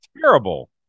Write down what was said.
terrible